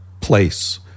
place